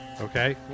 Okay